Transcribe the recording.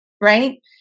right